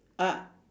ah